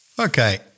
Okay